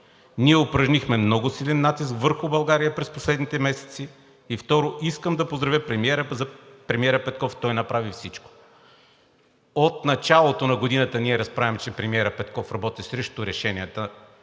„Ние упражнихме много силен натиск върху България през последните месеци. И второ, искам да поздравя премиера Петков, той направи всичко.“ От началото на годината ние разправяме, че премиерът Петков работи срещу решенията